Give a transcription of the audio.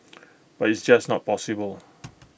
but it's just not possible